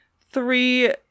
three